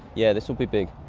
yeah this will be big.